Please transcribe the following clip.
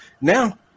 now